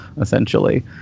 essentially